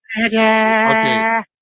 Okay